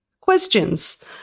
questions